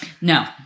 No